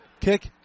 kick